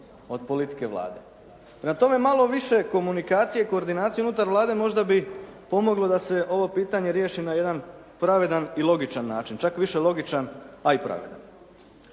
od politike Vlade. Prema tome malo više komunikacije i koordinacije unutar Vlade možda bi pomoglo da se ovo pitanje riješi na jedan pravedan i logičan način. Čak više logičan, a i pravedan.